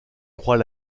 croix